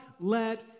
let